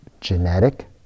genetic